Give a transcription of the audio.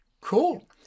Cool